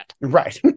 Right